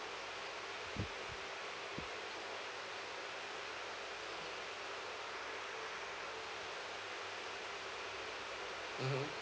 mmhmm